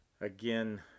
Again